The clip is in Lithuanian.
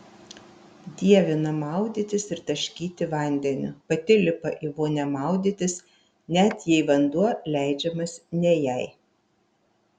dievina maudytis ir taškyti vandeniu pati lipa į vonią maudytis net jei vanduo leidžiamas ne jai